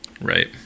right